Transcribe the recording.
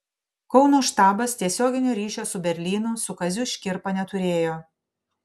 kauno štabas tiesioginio ryšio su berlynu su kaziu škirpa neturėjo